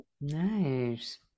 nice